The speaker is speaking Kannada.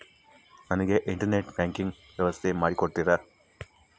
ನನಗೆ ಇಂಟರ್ನೆಟ್ ಬ್ಯಾಂಕಿಂಗ್ ವ್ಯವಸ್ಥೆ ಮಾಡಿ ಕೊಡ್ತೇರಾ?